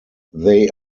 they